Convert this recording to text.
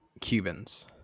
Cubans